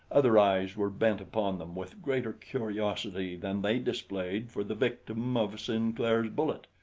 other eyes were bent upon them with greater curiosity than they displayed for the victim of sinclair's bullet.